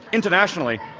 internationally,